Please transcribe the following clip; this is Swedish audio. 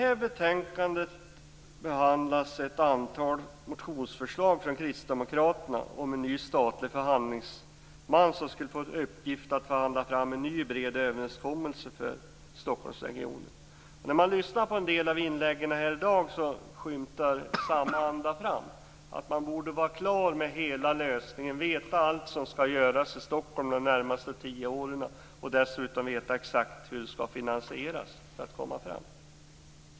I betänkandet behandlas ett antal motionsförslag från Kristdemokraterna om att en ny statlig förhandlingsman skall få i uppgift att förhandla fram en ny bred överenskommelse för Stockholmsregionen. I en del av inläggen här i dag skymtar samma anda fram, att man borde vara klar med hela lösningen och veta allt som skall göras i Stockholm de närmaste tio åren och dessutom veta exakt hur det skall finansieras.